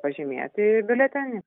pažymėti biuletenį